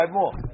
more